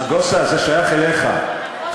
נגוסה, זה שייך אליך.